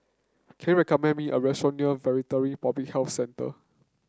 can you recommend me a restaurant near Veterinary Public Health Centre